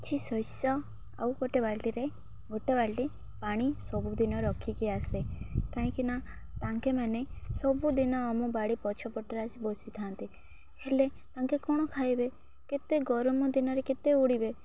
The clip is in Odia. କିଛି ଶସ୍ୟ ଆଉ ଗୋଟେ ବାଲ୍ଟିରେ ଗୋଟେ ବାଲ୍ଟି ପାଣି ସବୁଦିନ ରଖିକି ଆସେ କାହିଁକିନା ତାଙ୍କେମାନେ ସବୁଦିନ ଆମ ବାଡ଼ି ପଛପଟରେ ଆସି ବସିଥାନ୍ତି ହେଲେ ତାଙ୍କେ କ'ଣ ଖାଇବେ କେତେ ଗରମ ଦିନରେ କେତେ ଉଡ଼ିବେ